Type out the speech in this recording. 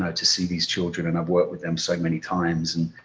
ah to see these children, and i've worked with them so many times. and,